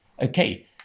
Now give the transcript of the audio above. Okay